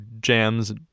jams